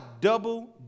double